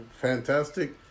fantastic